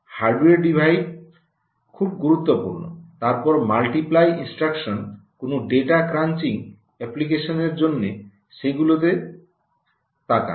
hardware divide খুব গুরুত্বপূর্ণ তারপর মাল্টিপ্লাই ইনস্ট্রাকশনস কোনও ডেটা ক্রাঞ্চিং অ্যাপ্লিকেশনগুলির জন্য সেগুলিতে তাকান